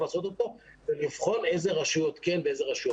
עשות אותו ולבחון אילו רשויות כן ואילו לא.